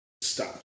stop